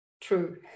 True